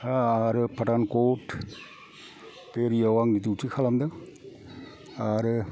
आरो फाथानकद बे एरियायाव आङो दिउथि खालामदों आरो